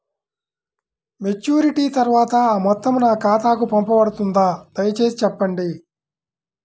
Maturity తర్వాత ఆ మొత్తం నా ఖాతాకు పంపబడుతుందా? దయచేసి చెప్పండి?